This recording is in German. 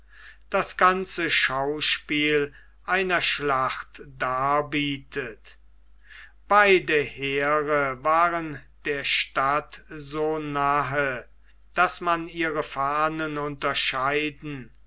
das ganze schauspiel einer schlacht darbietet beide heere waren der stadt so nahe daß man ihre fahnen unterscheiden